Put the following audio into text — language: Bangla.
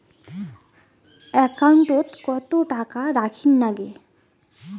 একাউন্টত কত টাকা রাখীর নাগে?